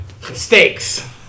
Steaks